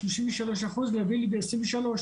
שלושים אחוז להביא לי ב-2023,